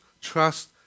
trust